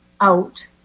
out